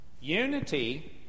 Unity